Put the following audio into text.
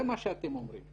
זה מה שאתם אומרים.